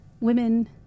women